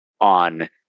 on